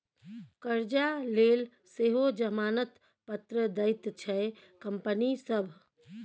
करजा लेल सेहो जमानत पत्र दैत छै कंपनी सभ